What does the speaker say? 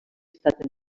estat